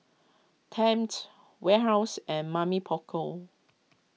Tempt Warehouse and Mamy Poko